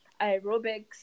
aerobics